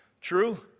True